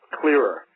clearer